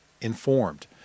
informed